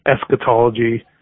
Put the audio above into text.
eschatology